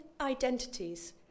identities